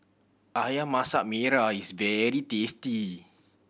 Ayam Masak Merah is very tasty